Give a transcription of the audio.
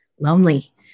lonely